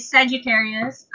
Sagittarius